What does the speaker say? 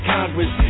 Congress